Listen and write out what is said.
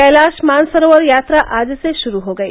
कैलाश मानसरोवर यात्रा आज से शुरू हो गई